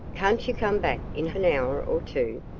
can't you come back in an hour or two?